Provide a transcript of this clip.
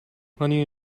honey